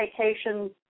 vacations